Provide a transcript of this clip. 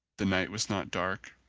the night was not dark,